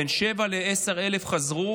בין 7,000 ל-10,000 חזרו,